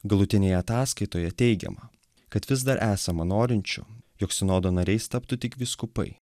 galutinėje ataskaitoje teigiama kad vis dar esama norinčių jog sinodo nariais taptų tik vyskupai